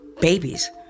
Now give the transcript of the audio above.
babies